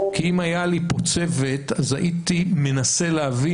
כי אם היה לי פה צוות אז הייתי מנסה להבין